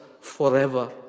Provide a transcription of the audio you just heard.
forever